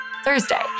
Thursday